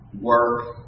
work